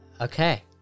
Okay